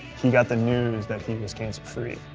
he got the news that he was cancer-free.